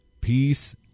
Peace